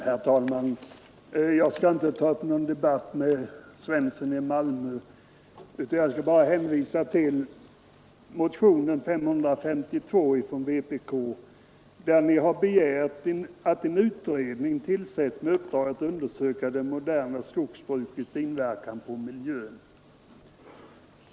Herr talman! Jag skall inte ta upp någon debatt med herr Svensson i Malmö utan bara hänvisa till vpk-motionen 552. Där har motionärerna bl.a. föreslagit att riksdagen hos regeringen hemställer om en utredning, som får i uppdrag att undersöka det moderna skogsbrukets inverkan på miljön.